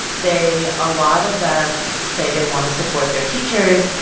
they a lot of them say they want to support their teachers.